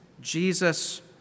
Jesus